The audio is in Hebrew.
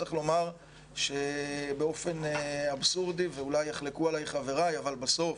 צריך לומר שבאופן אבסורדי ואולי יחלקו עליי חבריי בסוף